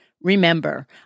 remember